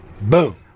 Boom